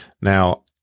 Now